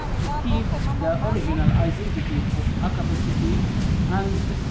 to keep the original identity of aqaba city and